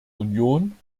union